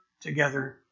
together